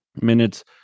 minutes